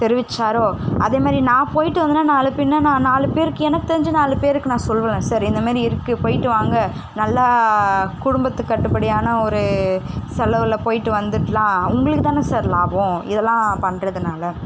தெரிவிச்சாரோ அதேமாதிரி நான் போய்ட்டு வந்தேன்னால் நாளை பின்னே நான் நாலு பேருக்கு எனக்கு தெரிஞ்ச நாலு பேருக்கு நான் சொல்லுவேன்ல சார் இந்தமாரி இருக்குது போய்ட்டு வாங்க நல்லா குடும்பத்துக்கு கட்டுப்படியான ஒரு செலவில் போய்ட்டு வந்துடலாம் உங்களுக்குதானே சார் லாபம் இதெல்லாம் பண்ணுறதுனால